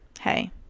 hey